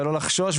ולא לחשוש.